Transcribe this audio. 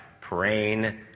praying